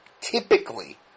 typically